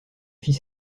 fit